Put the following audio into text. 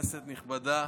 כנסת נכבדה,